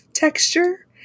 texture